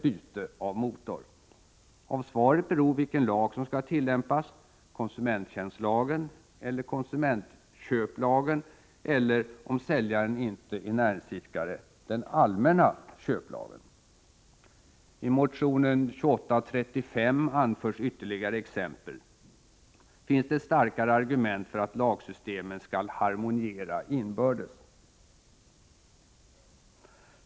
byte av motor? Av svaret beror vilken lag som skall tillämpas — konsumenttjänstlagen, konsumentköplagen eller, om säljaren ej är näringsidkare, den allmänna köplagen. I motionen 2835 anförs ytterligare exempel. Finns ett starkare argument för att lagsystemen skall harmoniera inbördes?